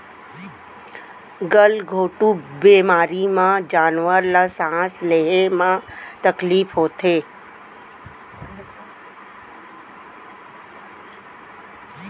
गल घोंटू बेमारी म जानवर ल सांस लेहे म तकलीफ होथे